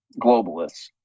globalists